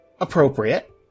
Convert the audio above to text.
appropriate